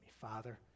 Father